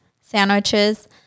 sandwiches